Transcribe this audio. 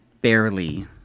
barely